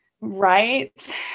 right